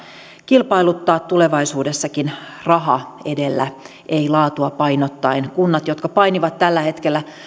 kilpailuttaa tulevaisuudessakin raha edellä ei laatua painottaen kunnat jotka painivat tällä hetkellä